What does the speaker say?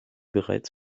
bereits